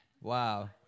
Wow